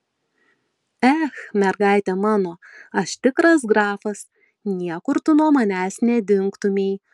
ech mergaite mano aš tikras grafas niekur tu nuo manęs nedingtumei